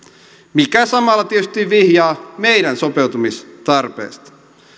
mikä samalla tietysti vihjaa meidän sopeutumistarpeestamme